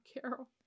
Carol